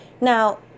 Now